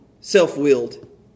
self-willed